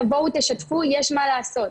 תבואו תשתפו יש מה לעשות,